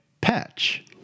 Patch